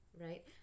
right